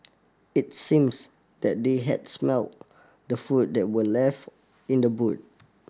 it seems that they had smelt the food that were left in the boot